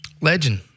legend